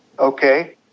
Okay